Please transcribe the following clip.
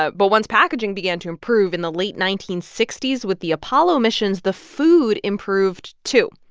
ah but once packaging began to improve in the late nineteen sixty s with the apollo missions, the food improved, too.